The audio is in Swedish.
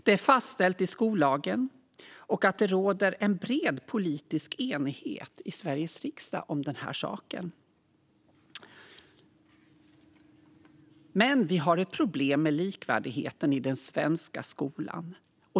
Det är fastställt i skollagen, och det råder en bred politisk enighet i Sveriges riksdag om den här saken. Vi har dock ett problem med likvärdigheten i den svenska skolan.